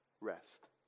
rest